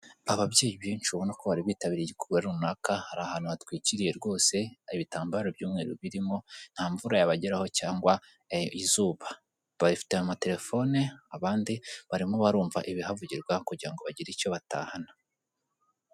Ababyeyi benshi ubona ko bari bitabiriye igikorwa runaka, hari ahantu hatwikiriye rwose ibitambaro by'umweru birimo nta mvura yabageraho cyangwa izuba, bafitiye amatelefone abandi barimo barumva ibihavugirwa kugira ngo bagire icyo batahana.